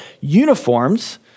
uniforms